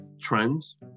trends